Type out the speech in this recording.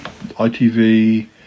ITV